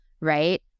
right